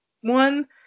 one